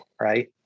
Right